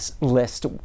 list